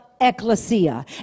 ecclesia